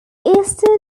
eastern